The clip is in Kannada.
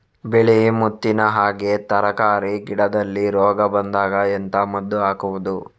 ಬಿಳಿ ಮುತ್ತಿನ ಹಾಗೆ ತರ್ಕಾರಿ ಗಿಡದಲ್ಲಿ ರೋಗ ಬಂದಾಗ ಎಂತ ಮದ್ದು ಹಾಕುವುದು?